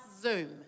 Zoom